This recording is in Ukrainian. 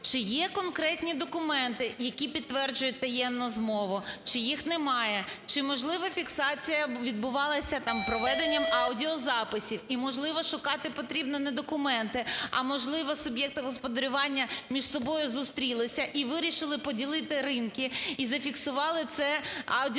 чи є конкретні документи, які підтверджують таємну змову, чи їх немає, чи можливо фіксація відбувалася там проведенням аудіозаписів, і можливо шукати потрібно не документи, а можливо суб'єкти господарювання між собою зустрілися і вирішили поділити ринки, і зафіксували це аудіозаписом.